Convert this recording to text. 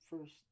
first